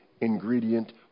ingredient